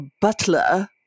butler